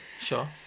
Sure